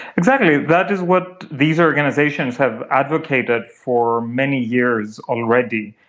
exactly, that is what these organisations have advocated for many years already.